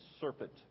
serpent